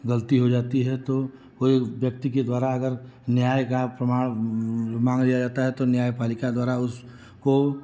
गलती हो जाती है तो कोई व्यक्ति के द्वारा अगर न्याय का प्रमाण माँग लिया जाता है तो न्याय पालिका द्वारा उस को